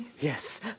Yes